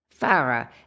Farah